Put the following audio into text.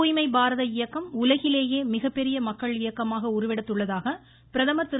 தூய்மை பாரத இயக்கம் உலகிலேயே மிகப்பெரிய மக்கள் இயக்கமாக உருவெடுத்துள்ளதாக பிரதமர் திரு